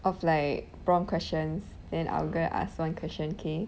of like prompt questions then I'll gonna ask one question K